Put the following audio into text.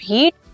Heat